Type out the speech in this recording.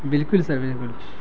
بالکل سر بالکل